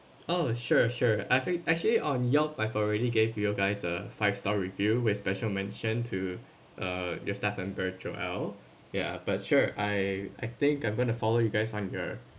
oh sure sure actu~ actually on your I've already gave you guys a five star review with special mention to uh your staff and but joel ya but sure I I think I'm going to follow you guys here